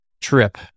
trip